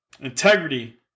Integrity